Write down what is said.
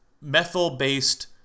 methyl-based